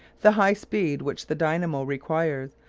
the high speed which the dynamo requires,